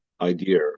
idea